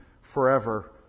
forever